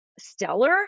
stellar